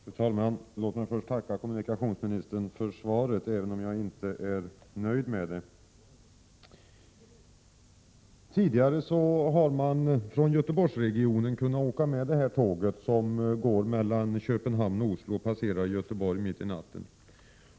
Fru talman! Låt mig först tacka kommunikationsministern för svaret, även om jag inte är nöjd med det. Tidigare har man från Göteborgsregionen kunnat åka med det tåg som går mellan Köpenhamn och Oslo och passerar Göteborg mitt i natten.